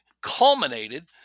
culminated